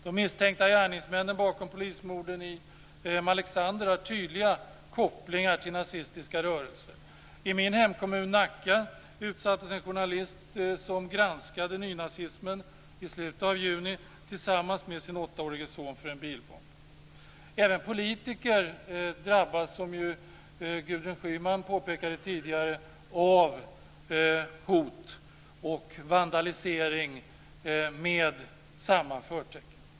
De misstänkta gärningsmännen bakom polismorden i Malexander har tydliga kopplingar till nazistiska rörelser. I min hemkommun Nacka utsattes en journalist som granskade nynazismen i slutet av juni, tillsammans med sin åttaårige son, för en bilbomb. Även politiker drabbas - som Gudrun Schyman påpekade tidigare - av hot och vandalisering med samma förtecken.